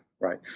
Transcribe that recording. right